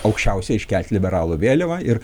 aukščiausiai iškelt liberalų vėliavą ir